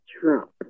Trump